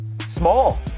small